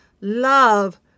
love